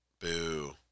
Boo